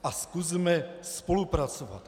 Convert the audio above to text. A zkusme spolupracovat.